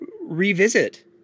revisit